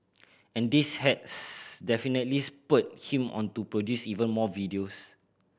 and this has definitely spurred him on to produce even more videos